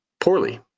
poorly